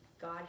God